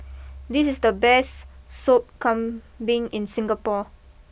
this is the best Sop Kambing in Singapore